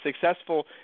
Successful